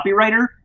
copywriter